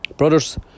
Brothers